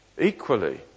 Equally